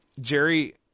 Jerry